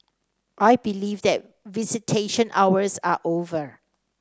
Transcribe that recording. I believe that visitation hours are over